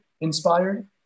inspired